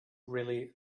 really